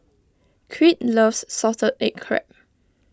Crete loves Salted Egg Crab